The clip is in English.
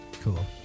Cool